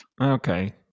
okay